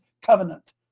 covenant